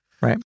Right